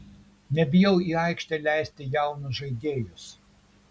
nebijau į aikštę leisti jaunus žaidėjus